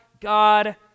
God